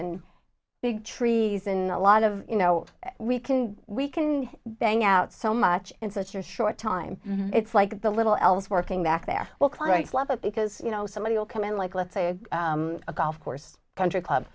and big trees and a lot of you know we can we can bang out so much in such a short time it's like the little elves working back there well clients love it because you know somebody will come in like let's say a golf course country club